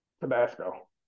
tabasco